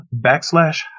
backslash